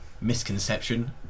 misconception